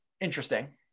interesting